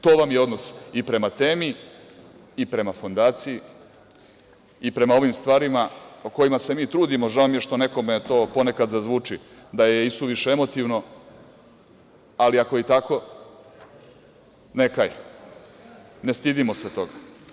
To vam je odnos i prema temi i prema Fondaciji i prema ovim stvarima o kojima se mi trudimo, žao mi je što nekome to ponekad zazvuči da je i suviše emotivno, ali ako je i tako, neka je, ne stidimo se toga.